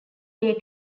day